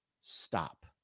Stop